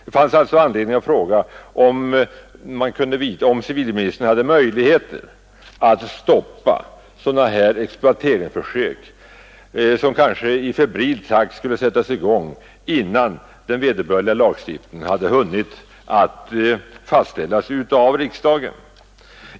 Det fanns alltså anledning att fråga om civilministern hade möjlighet att stoppa sådana exploateringsförsök, som kanske i febril takt skulle sättas igång innan lämplig lagstiftning hunnit fastställas av riksdagen.